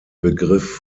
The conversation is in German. begriff